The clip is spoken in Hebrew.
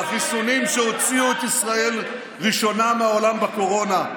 על החיסונים שהוציאו את ישראל ראשונה בעולם מהקורונה,